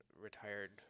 retired